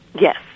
Yes